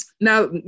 now